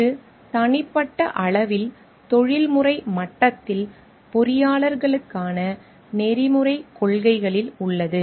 இது தனிப்பட்ட அளவில் தொழில்முறை மட்டத்தில் பொறியாளர்களுக்கான நெறிமுறைக் கொள்கைகளில் உள்ளது